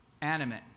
animate